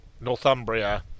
Northumbria